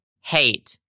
hate